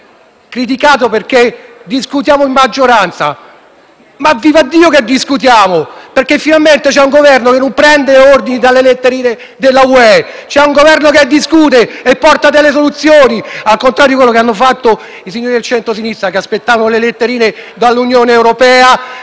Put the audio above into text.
avete criticato perché discutiamo in maggioranza. Ma vivaddio che discutiamo, perché finalmente c'è un Governo che non prende ordini dalle letterine dell'Unione europea; c'è un Governo che discute e porta delle soluzioni, al contrario di quanto hanno fatto i signori del centrosinistra, che aspettavano le letterine dall'Unione europea